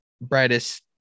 brightest